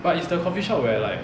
but it's the coffee shop where like